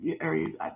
areas